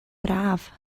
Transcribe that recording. braf